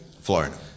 Florida